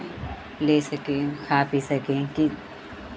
ले सकें खा पी सकें कि